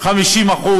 50%,